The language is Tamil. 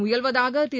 முயல்வதாகதிரு